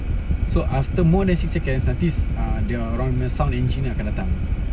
so nanti more than six seconds nanti s~ dia orang punya sound engineer akan datang